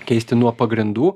keisti nuo pagrindų